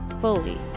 fully